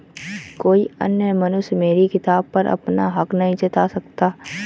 कोई अन्य मनुष्य मेरी किताब पर अपना हक नहीं जता सकता